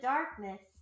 Darkness